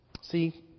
See